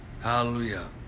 Hallelujah